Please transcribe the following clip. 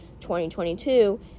2022